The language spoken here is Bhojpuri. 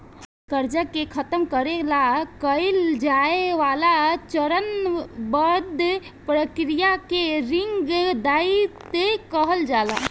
कर्जा के खतम करे ला कइल जाए वाला चरणबद्ध प्रक्रिया के रिंग डाइट कहल जाला